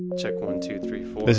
check one, two, three, four,